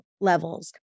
levels